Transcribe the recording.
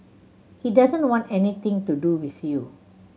he doesn't want anything to do with you